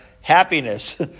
happiness